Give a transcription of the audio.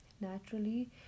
naturally